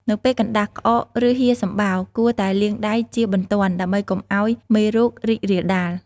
នៅពេលកណ្តាស់ ក្អក ឬហៀរសំបោរ គួរតែលាងដៃជាបន្ទាន់ដើម្បីកុំឱ្យមេរោគរីករាលដាល។